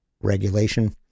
regulation